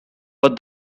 but